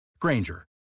Granger